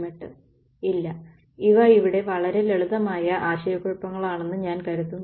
ഇല്ല ഇവ ഇവിടെ വളരെ ലളിതമായ ആശയക്കുഴപ്പങ്ങളാണെന്ന് ഞാൻ കരുതുന്നു